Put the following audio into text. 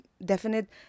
definite